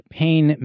pain